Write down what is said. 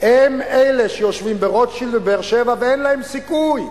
הם אלה שיושבים ברוטשילד ובבאר-שבע ואין להם סיכוי.